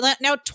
now